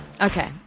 Okay